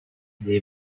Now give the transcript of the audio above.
they